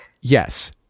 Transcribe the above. Yes